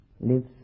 lives